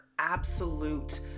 Absolute